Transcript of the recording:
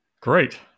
Great